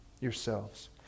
yourselves